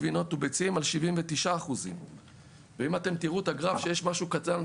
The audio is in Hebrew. גבינות וביצים על 79%. ואם אתם תראו את הגרף שיש למטה,